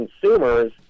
consumers